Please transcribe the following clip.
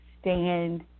stand